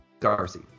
Darcy